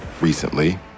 recently